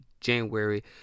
January